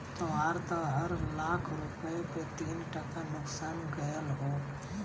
तोहार त हर लाख रुपया पे तीन टका नुकसान गयल हौ